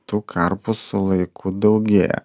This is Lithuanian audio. tų karpų su laiku daugėja